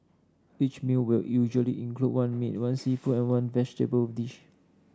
each meal will usually include one meat one seafood and one vegetable dish